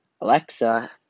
Alexa